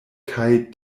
kaj